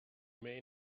may